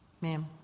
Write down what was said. Ma'am